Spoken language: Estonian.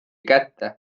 kätte